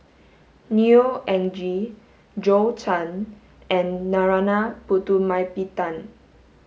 Neo Anngee Zhou Can and Narana Putumaippittan